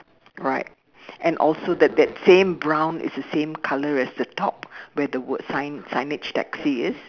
right and also that that same brown is the same color as the top where the word sign signage taxi is